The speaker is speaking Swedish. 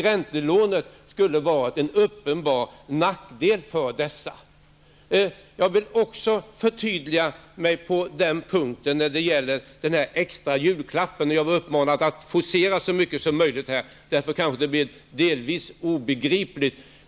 Räntelånesystemet skulle ha varit en uppenbar nackdel. Jag vill också förtydliga mig när det gäller den här extra julklappen. Jag är uppmanad att forcera så mycket som möjligt, och därför blir mitt resonemang kanske delvis obegripligt.